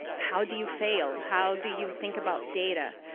how do you fail? how do you think about data?